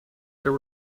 there